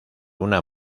una